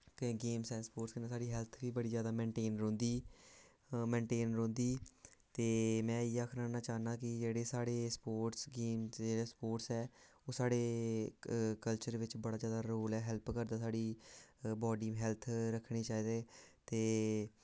games and sports कन्नै साढ़ी health बी बड़ी जैदा मेन्टेन रौंह्दी मेन्टेन रौंह्दी ते मैं इ'यै आखना चाह्न्ना कि जेह्ड़े साढ़े स्पोर्ट्स गेम्स जेह्ड़े स्पोर्ट्स ऐ ओह् साढ़े कल्चर बिच्च बड़ा जैदा रोल ऐ हैल्प करदा साढ़ी बाडी हैल्थ रक्खने चाहिदे ते